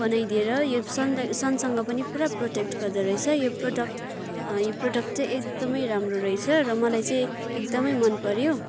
बनाइदिएर यो सनलाई सनसँग पनि पुरा प्रोटेक्ट गर्दो रहेछ यो प्रडक्ट यो प्रडक्ट चाहिँ एकदमै राम्रो रहेछ र मलाई चाहिँ एकदमै मन पऱ्यो